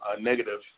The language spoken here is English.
negative